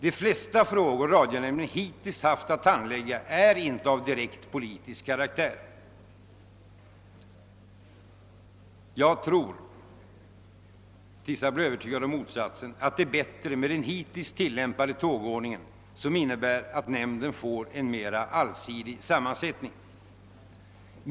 De flesta frågor som radionämnden hittills haft att handlägga har emellertid inte varit av direkt politisk karaktär. Till dess jag blir övertygad om motsatsen tror jag därför att det är bättre med den hittills tillämpade ordningen, som medför att nämnden får en mera allsidig sammansättning.